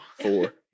four